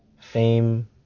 Fame